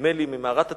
נדמה לי ממערת התאומים,